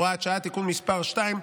הוראת שעה) (תיקון מס' 2),